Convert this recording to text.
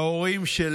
ההורים של